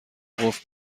قفل